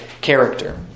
character